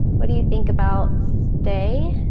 what do you think about stay?